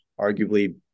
arguably